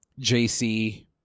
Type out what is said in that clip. JC